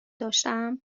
داشتم